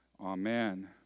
Amen